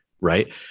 right